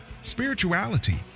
spirituality